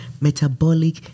metabolic